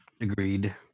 agreed